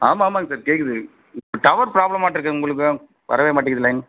ஆமா ஆமாங்க சார் கேட்குது ப்ப டவர் ப்ராப்ளமாட்டட்டுருக்குது உங்களுக்கு வரவே மாட்டேங்கிது லைன்